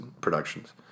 Productions